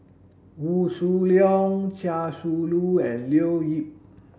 Wee Shoo Leong Chia Shi Lu and Leo Yip